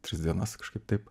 tris dienas kažkaip taip